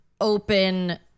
Open